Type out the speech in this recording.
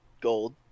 gold